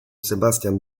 sebastian